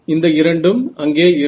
இந்த இரண்டும் அங்கே இருக்கும்